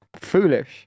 Foolish